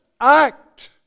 act